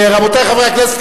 רבותי חברי הכנסת,